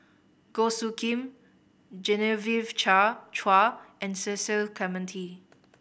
Goh Soo Khim Genevieve Chua and Cecil Clementi